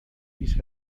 بیست